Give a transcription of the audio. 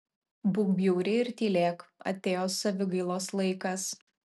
būk bjauri ir tylėk atėjo savigailos laikas